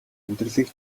амьдралыг